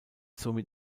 somit